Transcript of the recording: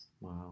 Wow